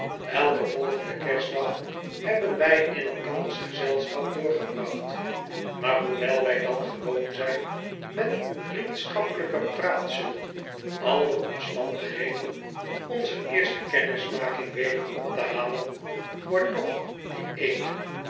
elken volgenden kerstdag hebben wij in elkanders gezelschap doorgebracht maar boewel wij dan gewoon zijn met vriendschappelijke praatzucht al de omstandigheden onzer eerste kennismaking weder op te halen wordt toch die eene